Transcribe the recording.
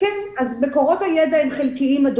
מקורות הידע הם חלקיים.